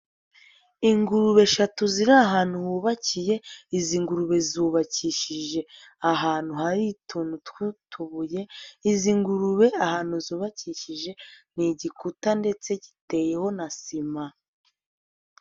Ingurube eshatu ziri ahantu hubakiye, izi ngurube zubakishije ahantu hari utuntu tw'utubuye, izi ngurube ahantu zubakikije ni igikuta ndetse giteyeho na sima.